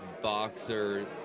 boxer